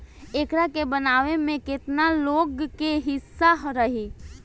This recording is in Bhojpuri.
एकरा के बनावे में केतना लोग के हिस्सा रही